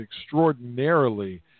extraordinarily